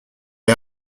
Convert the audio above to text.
est